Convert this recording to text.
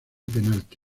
penalti